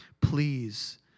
Please